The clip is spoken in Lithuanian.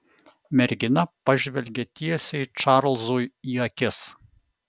mergina pažvelgė tiesiai čarlzui į akis